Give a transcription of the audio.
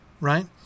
right